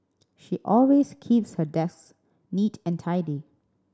she always keeps her desks neat and tidy